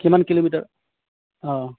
কিমান কিলোমিটাৰ অঁ